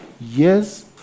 yes